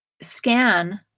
scan